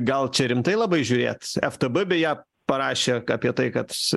gal čia rimtai labai žiūrėt ftb beje parašė apie tai kad